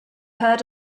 heard